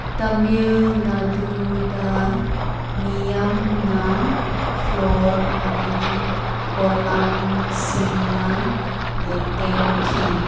ꯇꯥꯃꯤꯜ ꯅꯥꯗꯨꯗ ꯃꯤꯌꯥꯝꯅ ꯐ꯭ꯂꯣꯔ ꯑꯗꯨ ꯀꯣꯂꯥꯝꯁꯤꯡꯅ ꯂꯩꯇꯦꯡꯈꯤ